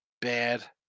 Bad